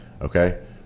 Okay